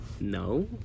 No